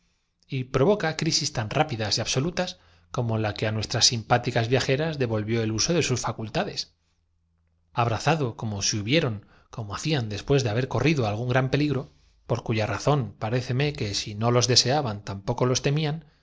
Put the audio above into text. y provoca crisis tan rápidas y abso centinelas de vista señalándole otros tantos pies cua lutas como la que á nuestras simpáticas viajeras de volvió el uso de sus facultades abrazado que se hubieron como hacían después de haber corrido algún gran peligro por cuya razón paréceme que si no los deseaban tampoco los temían